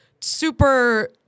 super